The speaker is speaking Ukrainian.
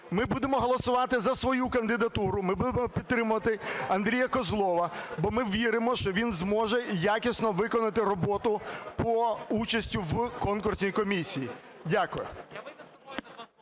Ми будемо голосувати за свою кандидатуру. Ми будемо підтримувати Андрія Козлова, бо ми віримо, що він зможе якісно виконати роботу по участі в конкурсній комісії. Дякую.